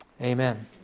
amen